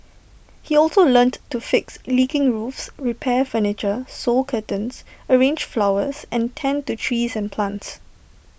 he also learnt to fix leaking roofs repair furniture sew curtains arrange flowers and tend to trees and plants